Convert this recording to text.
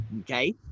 okay